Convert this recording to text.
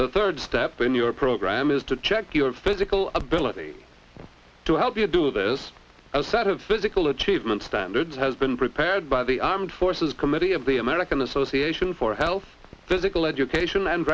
the third step in your program is to check your physical ability to help you do this as a set of physical achievement standards has been prepared by the armed forces committee of the american association for health physical education and